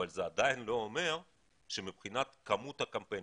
אבל זה עדיין לא אומר שמבחינת כמות הקמפיינים,